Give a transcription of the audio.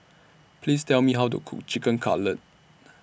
Please Tell Me How to Cook Chicken Cutlet